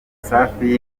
safi